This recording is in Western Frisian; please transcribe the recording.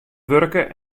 wurke